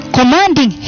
Commanding